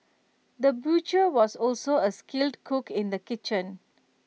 the butcher was also A skilled cook in the kitchen